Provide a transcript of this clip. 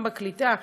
גם בקליטה,